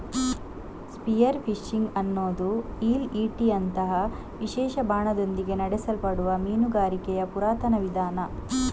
spear fishing ಅನ್ನುದು ಈಲ್ ಈಟಿಯಂತಹ ವಿಶೇಷ ಬಾಣದೊಂದಿಗೆ ನಡೆಸಲ್ಪಡುವ ಮೀನುಗಾರಿಕೆಯ ಪುರಾತನ ವಿಧಾನ